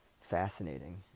fascinating